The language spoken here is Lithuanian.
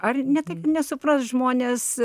ar ne taip nesupras žmonės